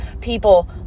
people